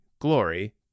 Glory